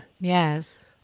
Yes